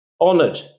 honored